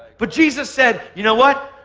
but jesus said you know what?